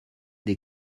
des